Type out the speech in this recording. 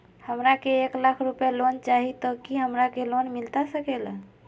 हमरा के एक लाख रुपए लोन चाही तो की हमरा के लोन मिलता सकेला?